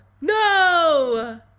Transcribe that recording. No